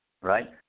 right